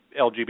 LGBT